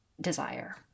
desire